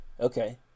Okay